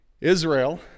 Israel